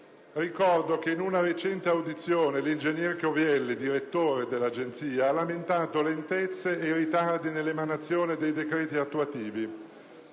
Ricordo che, in una recente audizione, l'ingegner Chiovelli, direttore dell'Agenzia, ha lamentato lentezze e ritardi nell'emanazione dei decreti attuativi.